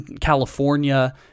California